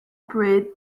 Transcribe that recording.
auprès